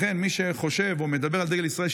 לכן מי שחושב או מדבר על דגל ישראל,